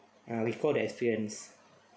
uh before the experience